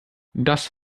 das